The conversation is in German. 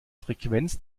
frequenz